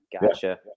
Gotcha